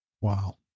Wow